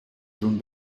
schon